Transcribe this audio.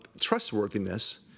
trustworthiness